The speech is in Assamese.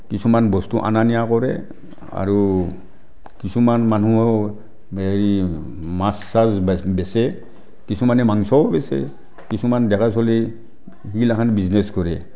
কিছুমান বস্তু অনা নিয়া কৰে আৰু কিছুমান মানুহ এই মাছ চাছ বেচে কিছুমানে মাংসও বেচে কিছুমান ডেকা চলি সেইগিলাখন বিজনেছ কৰে